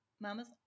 mama's